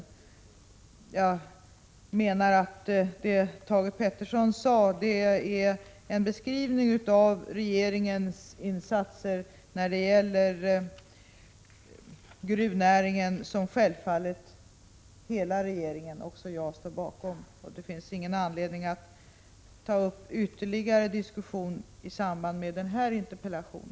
Jag menar att det Thage Peterson sade är en beskrivning av regeringens insatser när det gäller gruvnäringen som självfallet hela regeringen, och då även jag, står bakom. Det finns ingen anledning att ta upp ytterligare diskussion i samband med den här interpellationen.